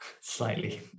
Slightly